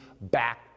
back